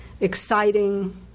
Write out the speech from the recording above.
exciting